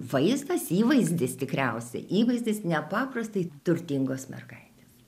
vaiztas įvaizdis tikriausiai įvaizdis nepaprastai turtingos mergaitės